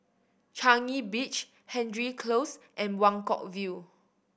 Changi Beach Hendry Close and Buangkok View